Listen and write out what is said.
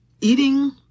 eating